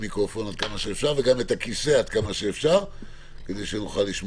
דמיון מבחינת הגופים גופים שגם נותנים שירותי אשראי וגם נותנים שירותי